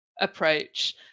approach